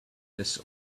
this